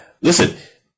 listen